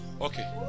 Okay